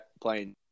playing